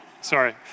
Sorry